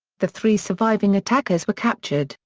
the three surviving attackers were captured,